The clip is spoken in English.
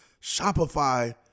Shopify